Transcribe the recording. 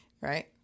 right